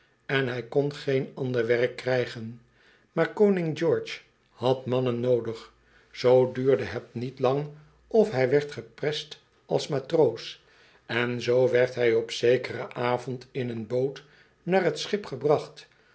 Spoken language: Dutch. en hij kon geen ander werk krijgen maar koning george had mannen noodig zoo duurde het niet lang of hij werd geprest als matroos en zoo werd hij op zekeren avond in een boot naar t schip gebracht